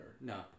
No